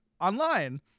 online